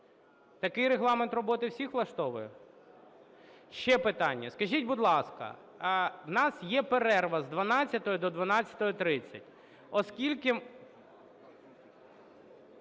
Такий регламент роботи всіх влаштовує? Ще питання. Скажіть, будь ласка, у нас є перерва з 12 до 12:30. Оскільки…